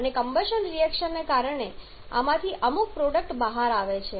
અને combustion reaction ને કારણે આમાંથી અમુક પ્રોડક્ટ બહાર આવે છે